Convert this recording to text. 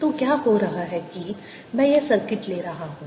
तो क्या हो रहा है कि मैं यह सर्किट ले रहा हूं